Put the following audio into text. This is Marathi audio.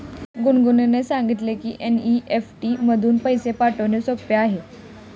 गुनगुनने सांगितले की एन.ई.एफ.टी मधून पैसे पाठवणे सोपे आहे